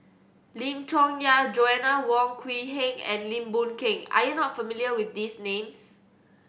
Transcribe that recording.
Lim Chong Yah Joanna Wong Quee Heng and Lim Boon Keng are you not familiar with these names